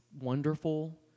wonderful